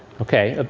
ok. ah